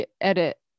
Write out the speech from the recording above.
edit